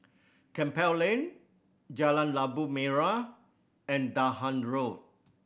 Campbell Lane Jalan Labu Merah and Dahan Road